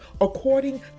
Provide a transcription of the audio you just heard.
according